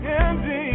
ending